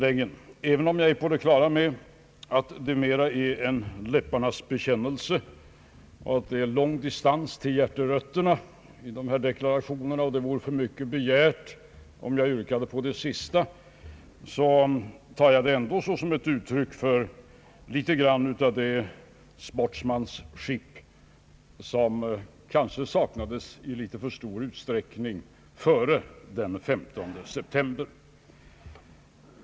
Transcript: Även om jag är på det klara med att det mera är en läpparnas bekännelse och att det är lång distans till hjärterötterna i dessa deklarationer — det vore kanske för mycket att begära annat i fråga om det sista — tar jag det ändå som ett uttryck för det sportmanship som kanske saknades i litet för stor utsträckning före den 15 september.